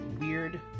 weird